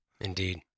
Indeed